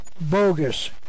bogus